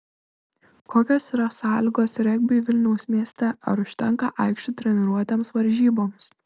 kokios yra sąlygos regbiui vilniaus mieste ar užtenka aikščių treniruotėms varžyboms